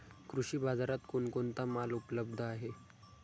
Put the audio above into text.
कृषी बाजारात कोण कोणता माल उपलब्ध आहे?